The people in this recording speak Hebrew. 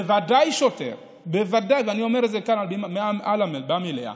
אני אומר כאן במליאה